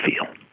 feel